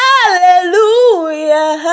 Hallelujah